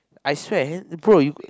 I swear hand bro you